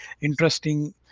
interesting